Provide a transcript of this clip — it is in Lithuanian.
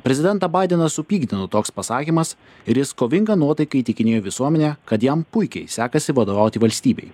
prezidentą baideną supykdino toks pasakymas ir jis kovinga nuotaika įtikinėjo visuomenę kad jam puikiai sekasi vadovauti valstybei